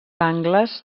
angles